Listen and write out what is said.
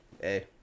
Hey